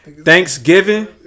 Thanksgiving